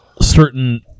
certain